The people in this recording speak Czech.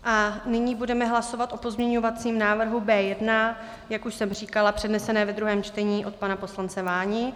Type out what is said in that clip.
A nyní budeme hlasovat o pozměňovacím návrhu B1, jak už jsem říkala, předneseném ve druhém čtení od pana poslance Váni.